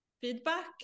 feedback